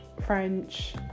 French